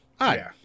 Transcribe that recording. Hi